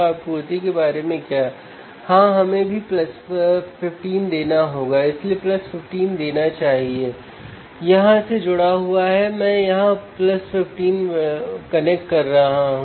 अब क्या होगा अगर मैं सीधे पोटेंशियल डिवाइडर आउटपुट को कनेक्ट करूँ